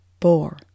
four